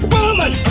Woman